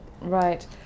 Right